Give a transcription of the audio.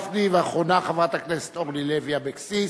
ואחרונה, חברת הכנסת אורלי לוי אבקסיס.